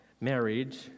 marriage